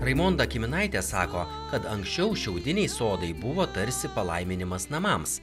raimonda kiminaitė sako kad anksčiau šiaudiniai sodai buvo tarsi palaiminimas namams